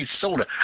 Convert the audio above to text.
soda